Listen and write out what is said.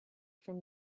from